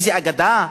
איזה אגדה?